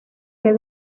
que